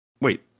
Wait